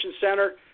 Center